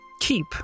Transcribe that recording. keep